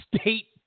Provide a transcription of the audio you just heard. State